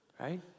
right